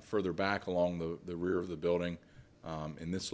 further back along the rear of the building in this